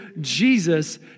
Jesus